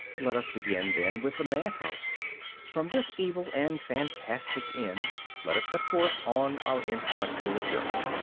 let us begin, then, with the mad-house from this evil and fantastic inn let us set forth on our intellectual journey.